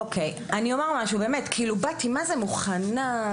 באתי באמת מוכנה,